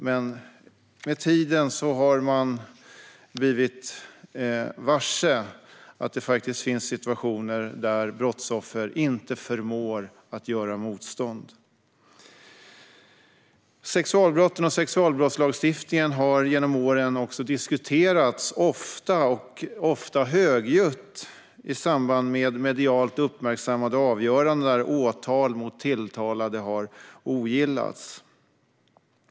Men med tiden har man blivit varse att det finns situationer där brottsoffer inte förmår att göra motstånd. Sexualbrotten och sexualbrottslagstiftningen har genom åren diskuterats ofta och ofta högljutt i samband med medialt uppmärksammade avgöranden där åtal mot tilltalade har ogillats.